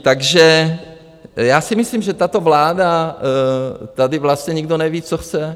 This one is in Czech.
Takže já si myslím, že tato vláda, tady vlastně nikdo neví, co chce.